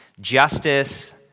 Justice